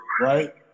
right